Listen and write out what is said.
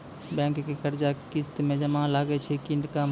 Bank के कर्जा किस्त मे ज्यादा लागै छै कि कम?